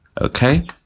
Okay